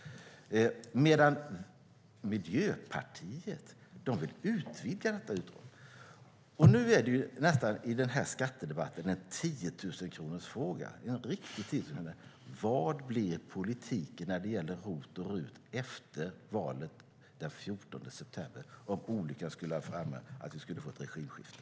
Miljöpartiet vill i stället utvidga detta avdrag. I skattedebatten är detta nu en riktig 10 000-kronorsfråga: Vad blir politiken när det gäller ROT och RUT efter valet den 14 september, om olyckan skulle vara framme och vi får ett regimskifte?